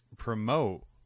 Promote